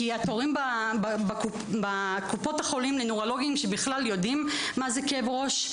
כי התורים בקופות החולים לנוירולוגים שבכלל יודעים מה זה כאב ראש,